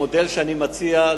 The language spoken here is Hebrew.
המודל שאני מציע,